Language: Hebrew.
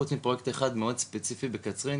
חוץ מפרויקט אחד מאוד ספציפי בקצרין,